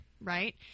right